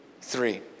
three